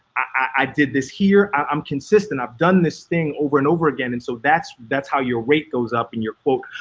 i did this here, i'm consistent. i've done this thing over and over again. and so that's that's how your rate goes up and your quote.